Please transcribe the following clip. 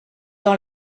dans